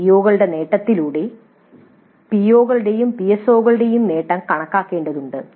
സിഒകളുടെ നേട്ടത്തിലൂടെ പിഒകളുടെയും പിഎസ്ഒകളുടെയും നേട്ടം കണക്കാക്കേണ്ടതുണ്ട്